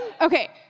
Okay